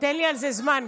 תיתן לי על זה זמן,